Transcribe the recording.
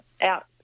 out